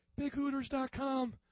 Bighooters.com